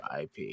IP